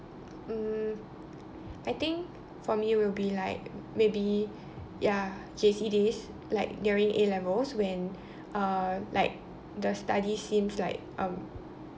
mm I think for me will be like maybe ya J_C days like during A-levels when uh like the studies seems like um